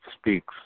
speaks